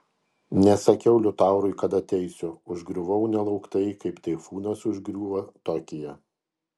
nesakiau liutaurui kada ateisiu užgriuvau nelauktai kaip taifūnas užgriūva tokiją